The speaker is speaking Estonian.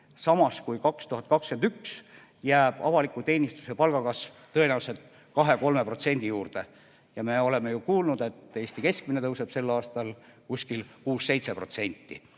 samas kui 2021 jääb avaliku teenistuse palgakasv tõenäoliselt 2–3% juurde. Ja me oleme ju kuulnud, et Eesti keskmine tõuseb sel aastal 6–7%.